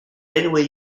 anyway